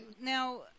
now